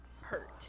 hurt